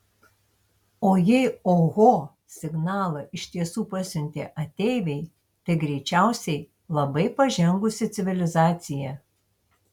o jei oho signalą iš tiesų pasiuntė ateiviai tai greičiausiai labai pažengusi civilizacija